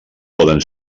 poden